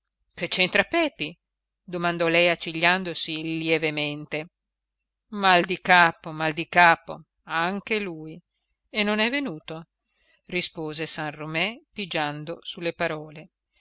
che c'entra pepi domandò lei accigliandosi lievemente mal di capo mal di capo anche lui e non é venuto rispose san romé pigiando su le parole